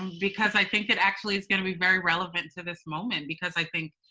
because i think it actually is going to be very relevant to this moment, because i think